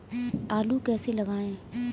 आलू कैसे लगाएँ?